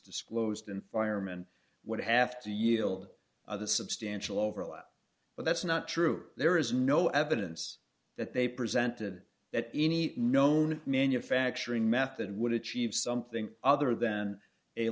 disclosed environment would have to yield substantial overlap but that's not true there is no evidence that they presented that any known manufacturing method would achieve something other than a